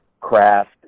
craft